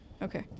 Okay